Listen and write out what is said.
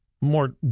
more